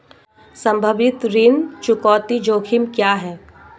संभावित ऋण चुकौती जोखिम क्या हैं?